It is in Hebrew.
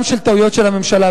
גם לטעויות של הממשלה.